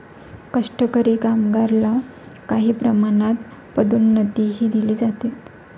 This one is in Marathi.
कष्टकरी कामगारला काही प्रमाणात पदोन्नतीही दिली जाते